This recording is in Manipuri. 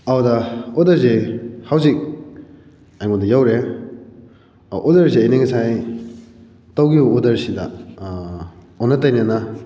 ꯑꯗꯨꯗ ꯑꯣꯗꯔꯁꯦ ꯍꯧꯖꯤꯛ ꯑꯩꯉꯣꯟꯗ ꯌꯧꯔꯛꯑꯦ ꯑꯣꯗꯔꯁꯦ ꯑꯩꯅ ꯉꯥꯁꯥꯏ ꯇꯧꯈꯤꯕ ꯑꯣꯗꯔꯁꯤꯗ ꯑꯣꯟꯅ ꯇꯩꯅꯅ